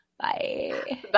Bye